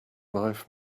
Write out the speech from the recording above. life